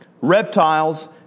reptiles